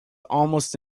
almost